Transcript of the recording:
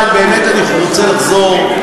אבל באמת אני רוצה לחזור,